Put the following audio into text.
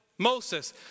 Moses